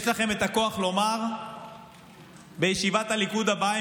יש לכם את הכוח לומר בישיבת הליכוד הבאה,